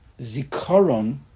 Zikaron